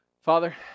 Father